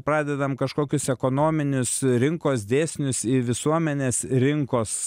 pradedam kažkokius ekonominius rinkos dėsnius į visuomenės rinkos